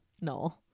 no